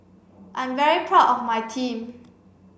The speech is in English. I'm very proud of my team